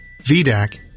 VDAC